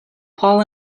paul